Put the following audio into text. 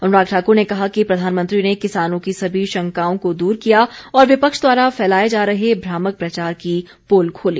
अनुराग ठाकुर ने कहा कि प्रधानमंत्री ने किसानों की सभी शंकाओं को दूर किया और विपक्ष द्वारा फैलाए जा रहे भ्रामक प्रचार की पोल खोली